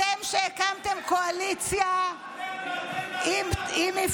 אתם, שהקמתם קואליציה עם, אתם ואתם ואתם.